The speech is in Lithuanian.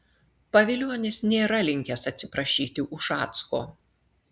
pavilionis nėra linkęs atsiprašyti ušacko